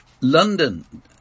London